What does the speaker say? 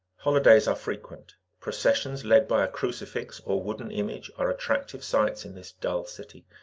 holidays are frequent. processions led by a crucifix or wooden image are attractive sights in this dull city,